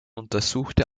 untersuchte